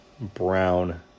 Brown